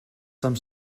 some